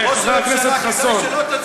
ראש הממשלה,